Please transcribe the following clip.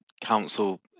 council